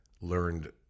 learned